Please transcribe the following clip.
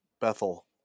Bethel